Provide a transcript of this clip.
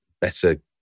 better